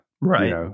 Right